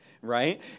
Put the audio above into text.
right